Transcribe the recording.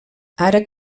ara